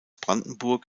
brandenburg